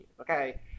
Okay